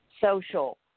social